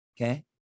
Okay